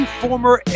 former